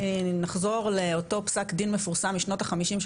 נחזור לאותו פסק דין מפורסם משנות ה-50 של